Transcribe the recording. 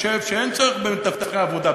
שאין צורך במתווכי עבודה,